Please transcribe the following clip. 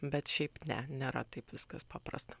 bet šiaip ne nėra taip viskas paprasta